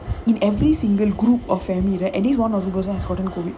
in every single group or family right at least on of the person has gotten COVID